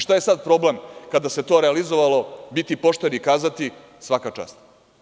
Šta je sada problem kada se to realizovalo, biti pošten i kazati – svaka čast.